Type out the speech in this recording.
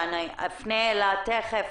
שאפנה אליה תיכף,